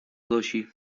zosi